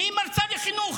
והיא מרצה לחינוך.